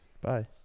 Bye